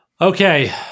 Okay